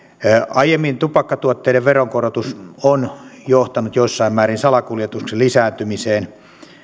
aiemmin tupakkatuotteiden veronkorotus on johtanut jossain määrin salakuljetuksen lisääntymiseen